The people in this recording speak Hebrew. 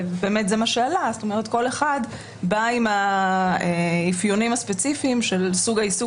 כל אחד בא עם האפיונים הספציפיים של סוג העיסוק